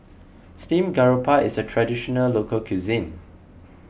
Steamed Garoupa is a Traditional Local Cuisine